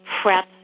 prep